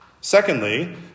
Secondly